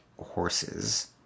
horses